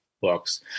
books